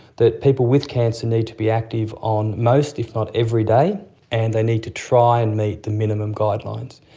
that people with cancer need to be active on most if not every day and they need to try and meet the minimum guidelines.